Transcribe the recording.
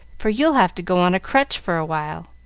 for you'll have to go on a crutch for a while.